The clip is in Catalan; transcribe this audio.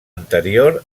anterior